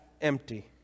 empty